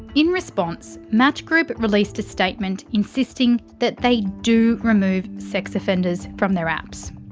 in response, match group released a statement insisting that they do remove sex offenders from their apps.